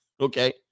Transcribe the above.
Okay